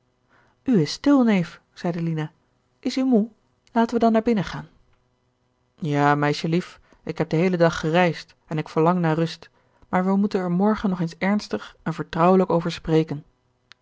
is stil neef zeide lina is u moê laten we dan naar binnen gaan ja meisje lief ik heb den heelen dag gereisd en ik verlang naar rust maar wij moeten er morgen nog eens ernstig en vertrouwelijk over spreken